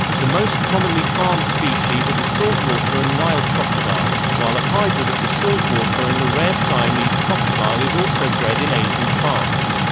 the most commonly farmed species are the saltwater and nile crocodiles, while a hybrid of the saltwater and the rare siamese crocodile is also bred in asian farms.